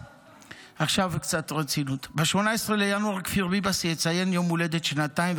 עכשיו קצת רצינות: ב-18 בינואר כפיר ביבס יציין יום הולדת שנתיים,